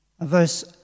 verse